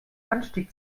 anstieg